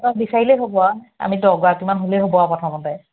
অ বিচাৰিলেই হ'ব আৰু আমি দহগৰাকীমান হ'লেই হ'ব আৰু প্ৰথমতে